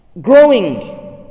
growing